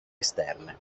esterne